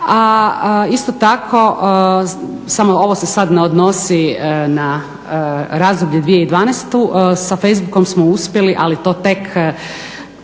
isto tako samo ovo se sad ne odnosi na razdoblje 2012.sa facebookom smo uspjeli ali to tek,